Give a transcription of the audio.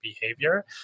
behavior